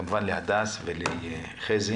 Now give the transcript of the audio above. כמובן להדס ולחזי.